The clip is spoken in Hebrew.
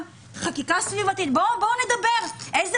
חקיקה סביבתית בואו נדבר איזה